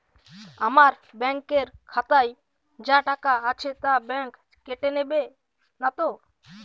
আমার ব্যাঙ্ক এর খাতায় যা টাকা আছে তা বাংক কেটে নেবে নাতো?